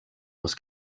was